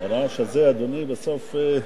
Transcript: הרעש הזה, אדוני, בסוף,